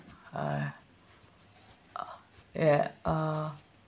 uh ah ya uh